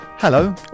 Hello